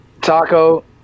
Taco